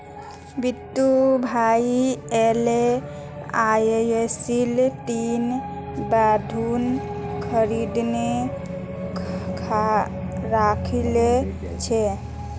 बिट्टू भाया एलआईसीर तीन बॉन्ड खरीदे राखिल छ